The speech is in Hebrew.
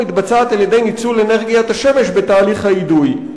מתבצעת על-ידי ניצול אנרגיית השמש בתהליך האידוי".